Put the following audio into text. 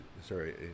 sorry